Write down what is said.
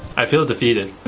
i feel defeated.